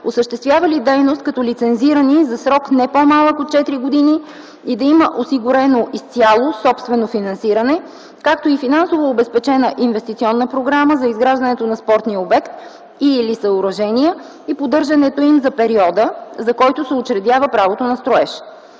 осъществявали дейност като лицензирани за срок не по-малък от 4 години и да има осигурено изцяло собствено финансиране, както и финансово обезпечена инвестиционна програма за изграждането на спортния обекти и/или съоръжения и поддържането им за периода, за който се учредява правото на строеж.